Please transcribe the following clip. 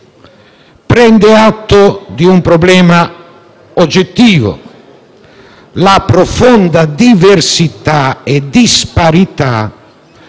prende atto di un problema oggettivo: la profonda diversità e disparità